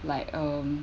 like um